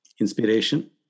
Inspiration